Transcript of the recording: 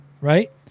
right